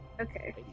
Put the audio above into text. Okay